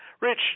Rich